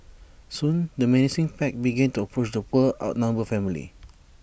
soon the menacing pack began to approach the poor outnumbered family